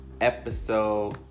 episode